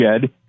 shed